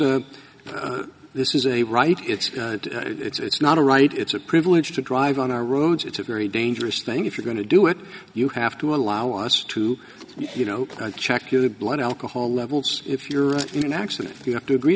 here's this is a right it's it's not a right it's a privilege to drive on our roads it's a very dangerous thing if you're going to do it you have to allow us to you know check your blood alcohol levels if you're in an accident you have to agree